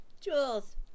Jules